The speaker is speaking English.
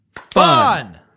fun